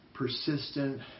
persistent